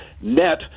net